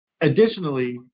Additionally